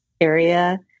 area